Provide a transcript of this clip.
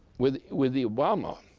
with with the obama,